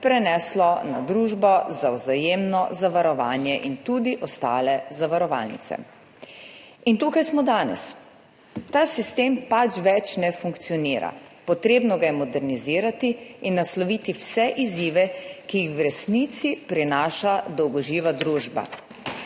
preneslo na Družbo za vzajemno zavarovanje in tudi ostale zavarovalnice. In tukaj smo danes. Ta sistem pač ne funkcionira več. Potrebno ga je modernizirati in nasloviti vse izzive, ki jih v resnici prinaša dolgoživa družba.